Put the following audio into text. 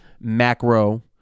macro